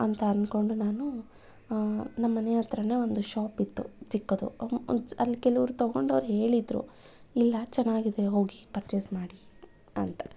ಅಂತ ಅನ್ಕೊಂಡು ನಾನು ನಮ್ಮನೆ ಹತ್ತಿರನೆ ಒಂದು ಶಾಪ್ ಇತ್ತು ಚಿಕ್ಕದು ಅಲ್ಲಿ ಕೆಲವ್ರು ತಗೊಂಡವ್ರು ಹೇಳಿದ್ದರು ಇಲ್ಲ ಚೆನ್ನಾಗಿದೆ ಹೋಗಿ ಪರ್ಚೆಸ್ ಮಾಡಿ ಅಂತ